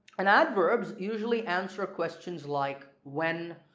and adverbs usually answer questions like when?